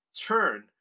Turn